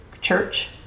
church